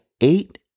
Eight